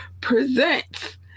presents